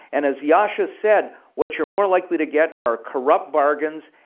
and as yascha said, what you're more likely to get are corrupt bargain.